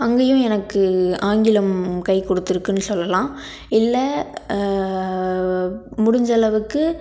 அங்கேயும் எனக்கு ஆங்கிலம் கை கொடுத்துருக்குன்னு சொல்லலாம் இல்லை முடிஞ்சளவுக்கு